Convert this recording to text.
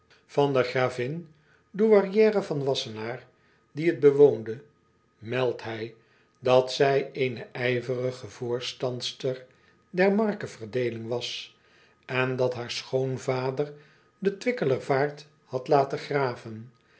an de gravin douairière van assenaer die t bewoonde meldt hij dat zij eene ijverige voorstandster der markeverdeeling was en dat haar schoonvader de wickeler vaart had laten graven